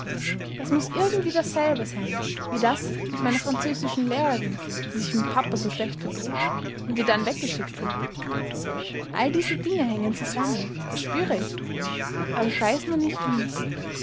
es muß irgendwie dasselbe sein wie das mit meiner französischen lehrerin die sich mit papa so schlecht vertrug und die dann weggeschickt wurde all diese dinge hängen zusammen das spüre ich aber ich weiß nur nicht wie